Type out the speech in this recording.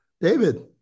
david